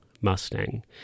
Mustang